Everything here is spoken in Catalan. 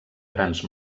grans